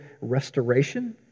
restoration